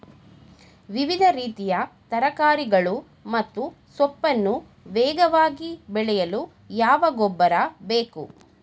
ವಿವಿಧ ರೀತಿಯ ತರಕಾರಿಗಳು ಮತ್ತು ಸೊಪ್ಪನ್ನು ವೇಗವಾಗಿ ಬೆಳೆಯಲು ಯಾವ ಗೊಬ್ಬರ ಬೇಕು?